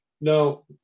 No